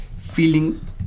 feeling